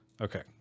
Okay